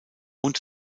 und